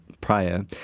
prior